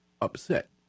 upset